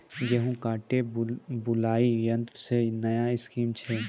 गेहूँ काटे बुलाई यंत्र से नया स्कीम छ?